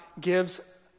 gives